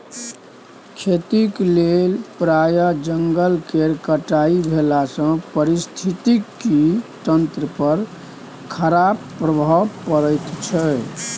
खेतीक लेल प्राय जंगल केर कटाई भेलासँ पारिस्थितिकी तंत्र पर खराप प्रभाव पड़ैत छै